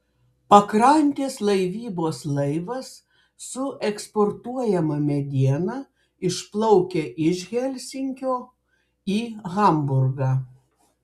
pakrantės laivybos laivas su eksportuojama mediena išplaukia iš helsinkio į hamburgą